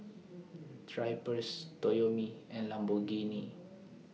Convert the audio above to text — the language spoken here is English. Drypers Toyomi and Lamborghini